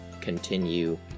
continue